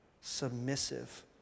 submissive